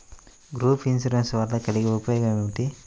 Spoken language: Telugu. గ్రూప్ ఇన్సూరెన్స్ వలన కలిగే ఉపయోగమేమిటీ?